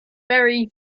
very